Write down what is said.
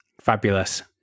fabulous